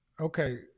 Okay